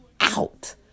out